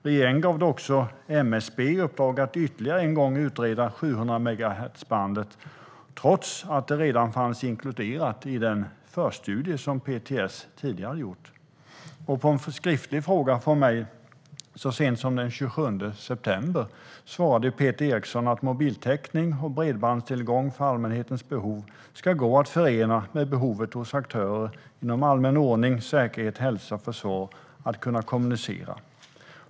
Regeringen gav också MSB i uppdrag att ytterligare en gång utreda 700-megahertzbandet, trots att det redan fanns inkluderat i den förstudie som PTS tidigare gjort. På en skriftlig fråga från mig svarade Peter Eriksson så sent som den 27 september att mobiltäckning och bredbandstillgång för allmänhetens behov ska gå att förena med behovet hos aktörer inom allmän ordning, säkerhet, hälsa och försvar av att kunna kommunicera.